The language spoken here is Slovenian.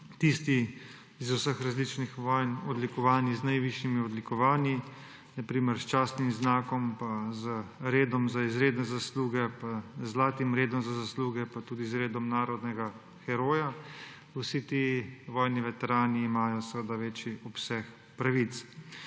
tisti iz vseh različnih vojn, odlikovani z najvišjimi odlikovanji, na primer s častnim znakom, z redom za izredne zasluge, z zlatim redom za zasluge pa tudi z redom narodnega heroja. Vsi ti vojni veterani imajo seveda večji obseg pravic.